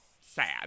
sad